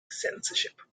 censorship